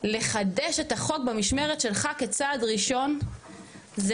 לחדש את החוק במשמרת שלך כצעד ראשון זה